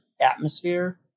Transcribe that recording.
atmosphere